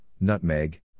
nutmeg